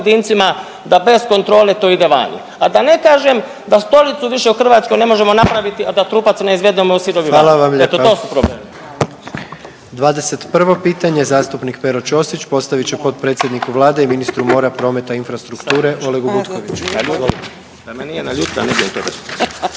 da bez kontrole to ide vani. A da ne kažem da stolicu više u Hrvatskoj ne možemo napraviti, a da trupac ne izvedemo sirovi van. …/Upadica predsjednik: Hvala vam lijepa./… Eto to su problemi.